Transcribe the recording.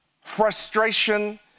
Frustration